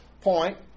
point